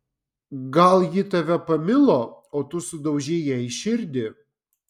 gal ji tave pamilo o tu sudaužei jai širdį